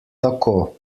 tako